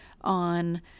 on